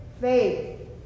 faith